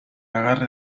agarre